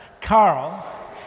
Carl